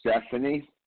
Stephanie